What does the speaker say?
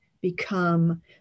become